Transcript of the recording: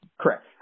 Correct